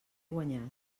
guanyat